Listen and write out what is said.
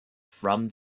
from